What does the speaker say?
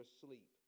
sleep